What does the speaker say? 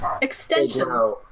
extensions